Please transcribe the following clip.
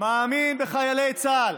מאמין בחיילי צה"ל